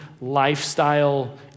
lifestyle